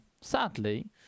sadly